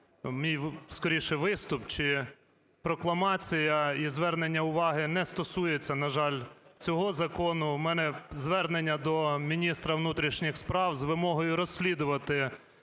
мій скоріше виступ чи прокламація і звернення уваги не стосується, на жаль, цього закону. У мене звернення до міністра внутрішніх справ з вимогою розслідувати